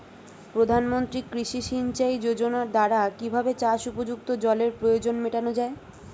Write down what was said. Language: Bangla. প্রধানমন্ত্রী কৃষি সিঞ্চাই যোজনার দ্বারা কিভাবে চাষ উপযুক্ত জলের প্রয়োজন মেটানো য়ায়?